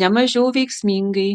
ne mažiau veiksmingai